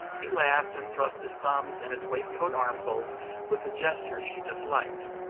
he laughed and thrust his thumbs in his waistcoat armholes with the gesture she disliked.